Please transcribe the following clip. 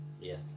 Yes